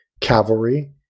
cavalry